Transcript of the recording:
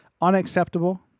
unacceptable